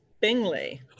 Bingley